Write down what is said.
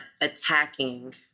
attacking